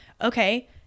Okay